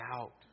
out